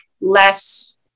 less